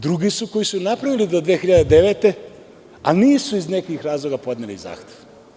Drugi su koji su napravili do 2009. godine, a nisu iz nekih razloga podneli zahtev.